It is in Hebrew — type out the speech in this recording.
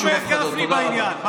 מה אומר גפני בעניין?